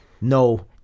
no